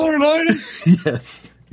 Yes